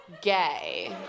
gay